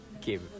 give